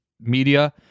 media